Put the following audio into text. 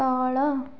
ତଳ